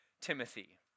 Timothy